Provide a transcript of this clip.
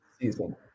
season